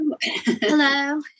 Hello